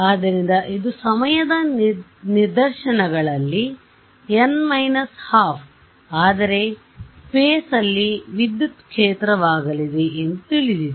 ಆದ್ದರಿಂದ ಇದು ಸಮಯದ ನಿದರ್ಶನಗಳಲ್ಲಿ n 12 ಆದರೆ ಸ್ಫೇಸ್ಲ್ ಲ್ಲಿ ವಿದ್ಯುತ್ ಕ್ಷೇತ್ರವಾಗಲಿದೆ ಎಂದು ತಿಳಿದಿದೆ